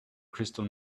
crystal